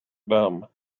dumb